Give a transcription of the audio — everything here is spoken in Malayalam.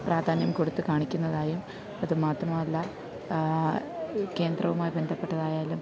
പ്രാധാന്യം കൊടുത്ത് കാണിക്കുന്നതായും അതുമാത്രമല്ല കേന്ദ്രവുമായി ബന്ധപ്പെട്ടതായാലും